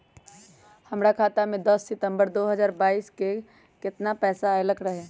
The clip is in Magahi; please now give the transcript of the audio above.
हमरा खाता में दस सितंबर दो हजार बाईस के दिन केतना पैसा अयलक रहे?